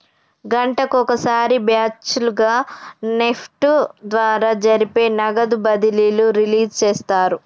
గంటకొక సారి బ్యాచ్ లుగా నెఫ్ట్ ద్వారా జరిపే నగదు బదిలీలు రిలీజ్ చేస్తారు